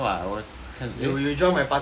you you join my party can